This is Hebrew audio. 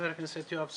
חבר הכנסת יואב סגלוביץ.